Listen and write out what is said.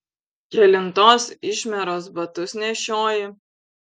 kelintos išmieros batus nešioji